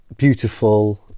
beautiful